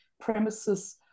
premises